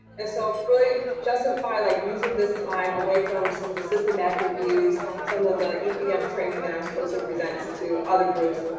and so really, really, justify like using this time away from some of the systematic reviews, some of the ebm um training that i am supposed to present to other groups,